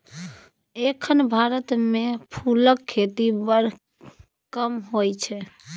एखन भारत मे फुलक खेती बड़ कम होइ छै